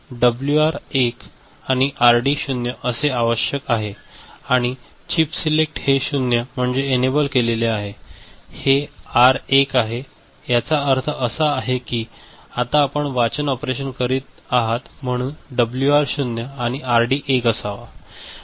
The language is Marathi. तर डब्ल्यूआर 1 आणि आरडी 0 असणे आवश्यक आहे आणि चिप सिलेक्ट हे 0 म्हणजे एनेबल केलेले आहे हे आर 1 आहे याचा अर्थ असा की आता आपण वाचन ऑपरेशन करीत आहात म्हणून डब्ल्यूआर 0 आणि आरडी 1 असावा